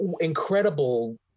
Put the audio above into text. incredible